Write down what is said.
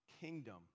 kingdom